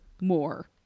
more